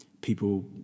People